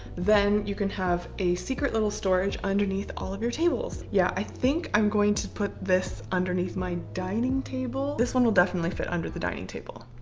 then you can have a secret little storage underneath all of your tables yeah, i think i'm going to put this underneath my dining table. this one will definitely fit under the dining table.